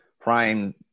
prime